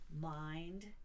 mind